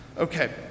Okay